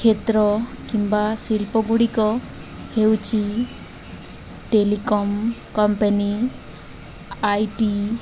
କ୍ଷେତ୍ର କିମ୍ବା ଶିଳ୍ପ ଗୁଡ଼ିକ ହେଉଛି ଟେଲିକମ୍ କମ୍ପାନୀ ଆଇ ଟି